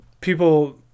people